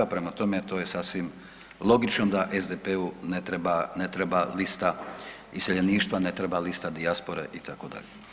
Prema tome, to je sasvim logično da SDP-u ne treba lista iseljeništva, ne treba lista dijaspore itd.